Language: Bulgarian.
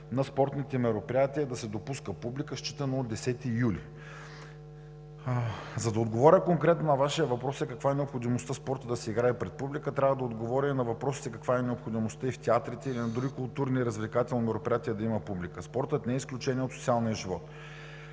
на спортните мероприятия да се допуска публика, считано от 10 юли. За да отговоря конкретно на Вашия въпрос: каква е необходимостта спортът да се играе пред публика, трябва да отговоря и на въпросите каква е необходимостта и в театрите или на други културно-развлекателни мероприятия да има публика. (Председателят дава сигнал, че